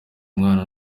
mwana